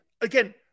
again